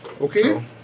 Okay